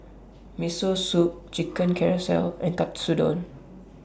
Miso Soup Chicken Casserole and Katsudon